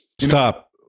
stop